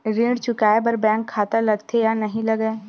ऋण चुकाए बार बैंक खाता लगथे या नहीं लगाए?